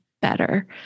better